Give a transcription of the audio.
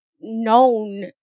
known